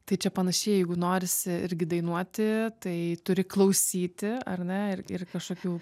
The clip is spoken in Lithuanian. tai čia panašiai jeigu norisi irgi dainuoti tai turi klausyti ar ne ir ir kažkokių